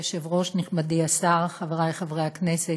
אדוני היושב-ראש, נכבדי השר, חברי חברי הכנסת,